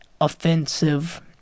offensive